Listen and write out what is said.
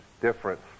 difference